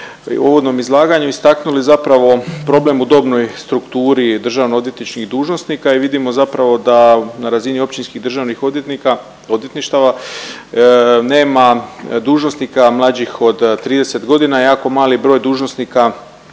u uvodnom izlaganju istaknuli zapravo problem u dobnoj strukturi državno odvjetničkih dužnosnika i vidimo zapravo da na razini općinskih državnih odvjetništava nema dužnosnika mlađih od 30 godina. Jako mali broj dužnosnika